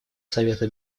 совета